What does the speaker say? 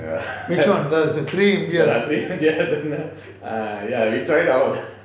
which [one] there was a three years